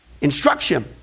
Instruction